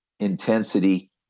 Intensity